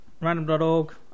Random.org